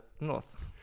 north